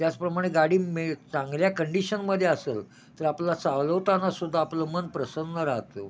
त्याचप्रमाणे गाडी मे चांगल्या कंडिशनमध्ये असेल तर आपला चालवताना सुद्धा आपलं मन प्रसन्न राहतो